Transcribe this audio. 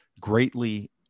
greatly